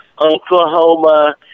Oklahoma